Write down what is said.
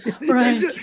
right